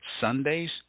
Sundays